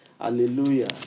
Hallelujah